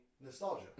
Nostalgia